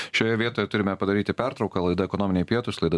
šioje vietoje turime padaryti pertrauką laida ekonominiai pietūs laidą